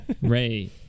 Ray